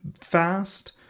Fast